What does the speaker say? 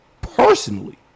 Personally